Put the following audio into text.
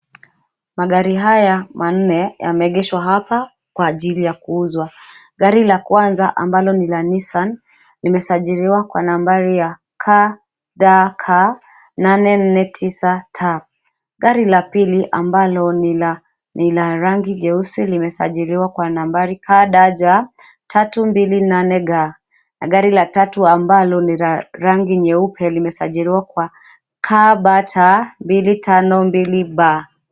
Magari haya manne yameegeshwa hapa kwa ajili ya kuuzwa. Gari la kwanza ambalo ni la Nissan limesajiliwa kwa nambari ya KDK 849T. Gari la pili ambalo ni la rangi jeusi limesajiliwa kwa nambari KDJ 328G na gari la tatu ambalo ni la rangi nyeupe limesajiliwa kwa KBT 252B.